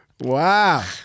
Wow